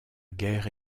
guerre